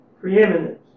preeminence